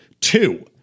Two